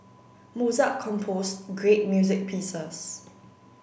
Mozart composed great music pieces